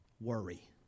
Worry